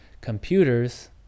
Computers